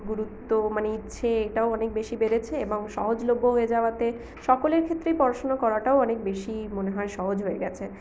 গুরুত্ব মানে ইচ্ছে এটাও অনেক বেশি বেড়েছে এবং সহজলভ্য হয়ে যাওয়াতে সকলের ক্ষেত্রেই পড়াশোনা করাটাও অনেক বেশিই মনে হয় সহজ হয়ে গেছে